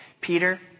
Peter